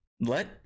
let